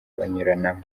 banyuranamo